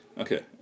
Okay